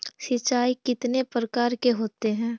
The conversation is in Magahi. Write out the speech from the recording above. सिंचाई कितने प्रकार के होते हैं?